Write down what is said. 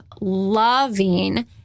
loving